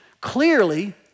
clearly